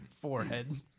forehead